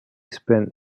spent